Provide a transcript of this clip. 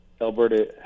Alberta